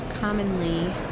commonly